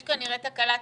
יש כנראה תקלה טכנית,